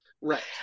right